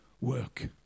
work